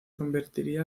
convertiría